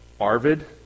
Arvid